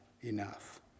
enough